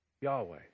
Yahweh